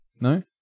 no